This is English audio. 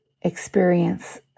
experience